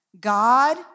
God